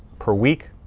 per week,